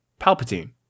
Palpatine